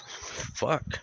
Fuck